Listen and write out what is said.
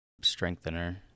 strengthener